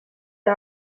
est